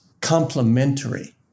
complementary